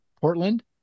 Portland